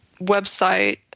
website